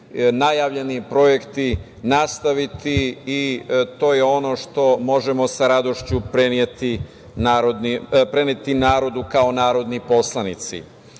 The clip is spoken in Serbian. najavljeni projekti nastaviti i to je ono što možemo sa radošću preneti narodu kao narodni poslanici. Ono